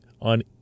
on